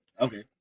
Okay